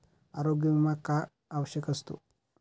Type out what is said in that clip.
आरोग्य विमा का आवश्यक असतो?